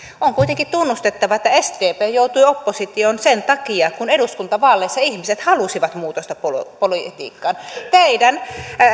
on kuitenkin tunnustettava että sdp joutui oppositioon sen takia että eduskuntavaaleissa ihmiset halusivat muutosta politiikkaan teidän